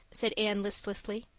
said anne listlessly.